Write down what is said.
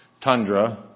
tundra